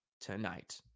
tonight